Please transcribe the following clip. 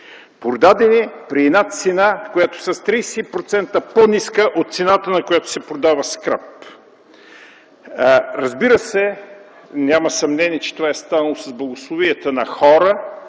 Продадени при една цена, която е с 33% по-ниска от цената, на която се продава скрап. Разбира се, няма съмнение, че това е станало с благословията на хора,